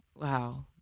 Wow